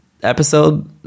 Episode